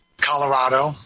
Colorado